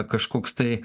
kažkoks tai